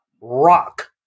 rock